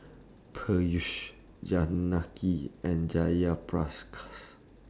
Peyush Janaki and Jayaprakash